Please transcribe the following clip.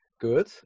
good